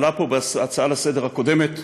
זה עלה פה בהצעה הקודמת לסדר-היום: